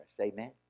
amen